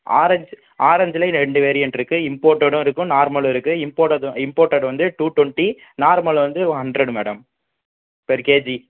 orange ஆரஞ்சில் ரெண்டு variant இருக்குது இம்போர்ட்டடும் இருக்கும் நார்மலும் இருக்குது இம்போர்ட்டட்து இம்போர்ட்டட் வந்து டூ டொண்ட்டி நார்மல் வந்து ஹண்ட்ரட் மேடம் பெர் கேஜி